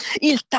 Il